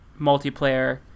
multiplayer